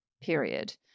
Period